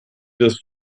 das